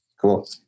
Cool